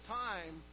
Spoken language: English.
time